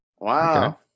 Wow